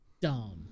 dumb